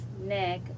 Nick